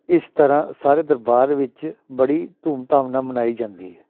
ਇਸ ਤਰ੍ਹਾਂ ਸਾਰੇ ਦਰਬਾਰ ਵਿੱਚ ਬੜੀ ਧੂਮ ਧਾਮ ਨਾਲ ਮਨਾਈ ਜਾਂਦੀ ਹੈ